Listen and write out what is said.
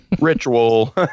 Ritual